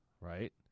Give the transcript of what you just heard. right